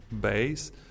base